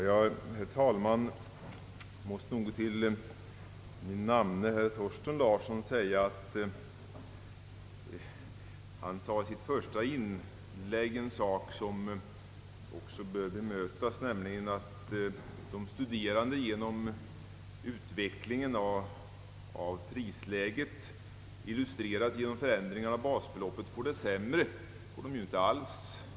Herr talman! Min namne herr Larsson, Thorsten, sade i sitt första inlägg ännu en sak som bör bemötas, nämligen att de studerande får det sämre genom den utveckling av priserna som illustreras i förändringarna av basbeloppet. Det får de inte alls.